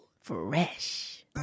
Fresh